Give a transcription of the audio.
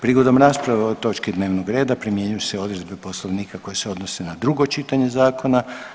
Prigodom rasprave o točki dnevnog reda primjenjuju se odredbe Poslovnika koje se odnose na drugo čitanje zakona.